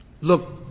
Look